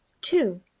two